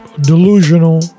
delusional